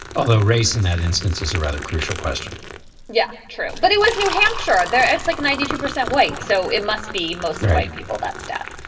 although race in that instance is a rather crucial question yeah, true. but it was new hampshire. there it's like ninety two percent white so it must be mostly white people that stat